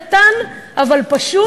קטן אבל פשוט.